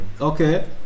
okay